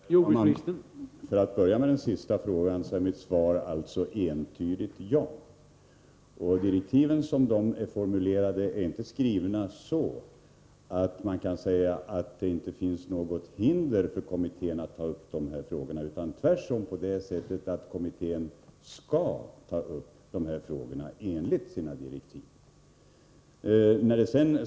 Herr talman! För att börja med den sista frågan: Mitt svar är alltså ett entydigt ja. Direktiven är inte skrivna så att man kan säga att det inte finns något hinder för kommittén att ta upp de här frågorna. Tvärtom skall kommittén ta upp dessa frågor enligt sina direktiv.